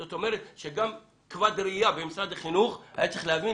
זאת אומרת שגם כבד ראיה במשרד החינוך היה צריך להבין